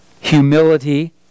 humility